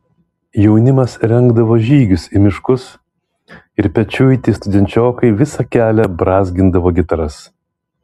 jaunimas rengdavo žygius į miškus o pečiuiti studenčiokai visą kelią brązgindavo gitaras